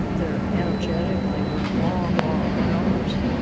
they are energetic, they work long, long hours.